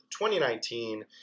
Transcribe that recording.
2019